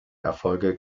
erfolge